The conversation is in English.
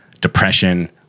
depression